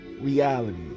reality